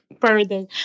further